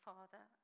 Father